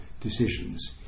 decisions